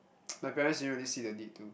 my parents didn't really see the need to